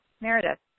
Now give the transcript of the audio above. Meredith